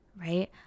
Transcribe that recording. right